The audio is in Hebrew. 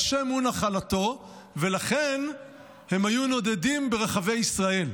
ה' הוא נחלתו, ולכן הם היו נודדים ברחבי ישראל.